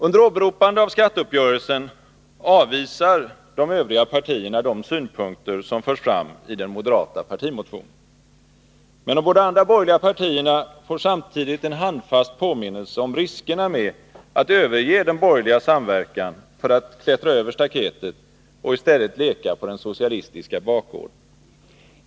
Under åberopande av skatteuppgörelsen avvisar de övriga partierna de synpunkter som förs fram i den moderata partimotionen. Men de båda andra borgerliga partierna får samtidigt en handfast påminnelse om riskerna med att överge den borgerliga samverkan för att klättra över staketet och i stället leka på den socialistiska bakgården.